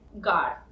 god